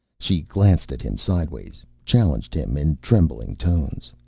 she glanced at him sidewise, challenged him in trembling tones.